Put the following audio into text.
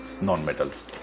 non-metals